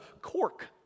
cork